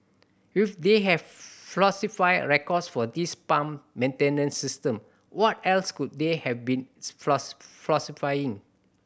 if they have falsified records for this pump maintenance system what else could they have been falsifying